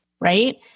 right